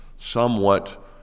somewhat